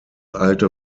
alte